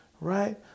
right